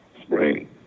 spring